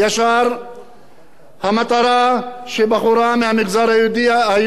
שבחורה מהמגזר היהודי והחברים שלה היו